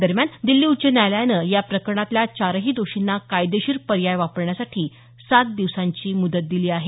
दरम्यान दिल्ली उच्च न्यायालयानं या प्रकरणातल्या चारही दोषींना कायदेशीर पर्याय वापरण्यासाठी सात दिवसांची मुदत दिली आहे